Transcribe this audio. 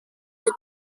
and